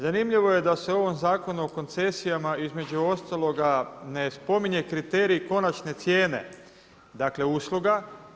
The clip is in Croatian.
Zanimljivo je da se o ovom Zakonu o koncesijama između ostaloga ne spominje kriterij konačne cijene, dakle usluga.